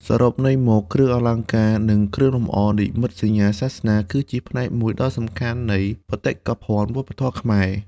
សរុបន័យមក គ្រឿងអលង្ការ និងគ្រឿងលម្អនិមិត្តសញ្ញាសាសនា គឺជាផ្នែកមួយដ៏សំខាន់នៃបេតិកភណ្ឌវប្បធម៌ខ្មែរ។